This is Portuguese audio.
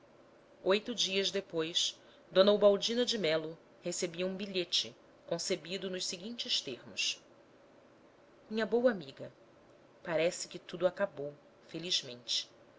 oito dias depois d ubaldina de melo recebia um bilhete concebido nos seguintes termos minha boa amiga parece que tudo acabou felizmente